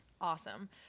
awesome